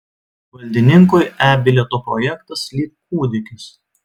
valdininkui e bilieto projektas lyg kūdikis